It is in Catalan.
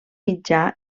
mitjà